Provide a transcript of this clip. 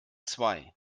zwei